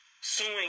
suing